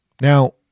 Now